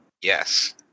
yes